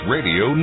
Radio